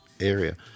area